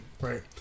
right